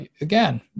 again